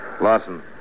Lawson